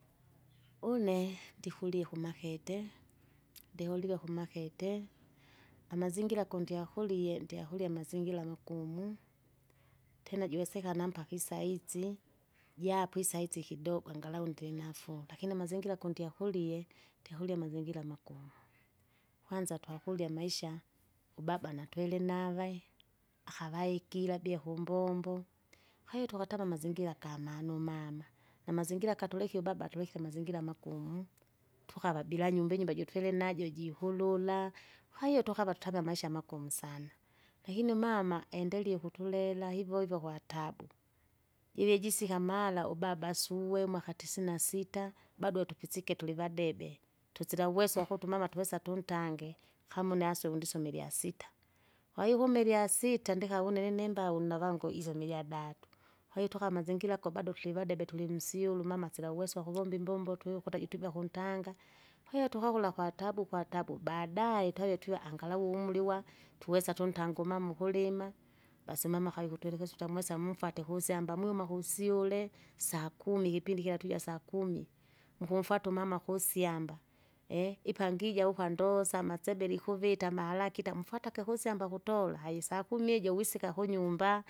une ndikulie kumakete! ndiholiwa kumakete! amazingira kundiakulie ndiakulie amazingira magumu, tena jiwesekana mpaka isaitsi, jaapo isaitsi kidogo angalau ndrinafuu, lakini amazingira kundiakulie, ndikakulie amazingira magumu. Kwanza twakurya amaisha, ubaba natwilinave, akava ikilabia kumbombo, kwahiyo tukatama amazingira kamana umama, namazingira katulekie ubaba atulekie amazingira amagumu tukava bila nyumba inyumba jutwilinajo jihulula. Kwahiyo tukava tutame amaisha magumu sana, lakini umama endelie ukulela hivohivo kwatabu, jive jisika mara ubaba asuwe umwaka tisina sita, bado tukisike tulivadebe, tulisauweso wakuti umama twesa tuntange, kama unyaso undisome ilyasita, kwahiyo ukume iyasita ndikava une linimbau navangu isome ilyadatu, kwahiyo tukamazingira kubado tulivadebe tulimsyulu mama silauweso wakuvomba imbombo twikuta jutubya kuntanga, kwahiyo tukakula kwatabu kwatabu baadae tavvya tiwa angalau umri uwa tuwesa tuntange umama ukulima, basi umama akawe ikutwelekeza utwamwesa mumfwate kusyamaba muiwuma kusyule, sakumi kipindi kila twija sakumi, mukumfwata umama kusyamba eehe! ipangija ukwandosa amasebele ikuvita amalakita mfwatake kusyamba kutola hai sakumi iji wisika kunyumba.